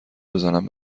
بزنم